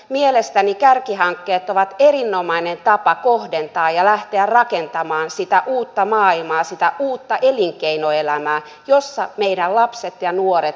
mielestäni kärkihankkeet ovat erinomainen tapa kohdentaa ja lähteä rakentamaan sitä uutta maailmaa sitä uutta elinkeinoelämää jossa meidän lapsemme ja nuoremme tulevat työskentelemään